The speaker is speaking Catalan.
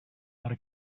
per